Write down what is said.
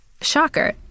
Shocker